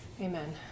Amen